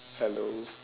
hello